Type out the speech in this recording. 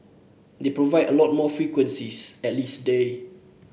they provide a lot more frequencies at least day